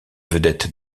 vedettes